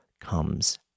comes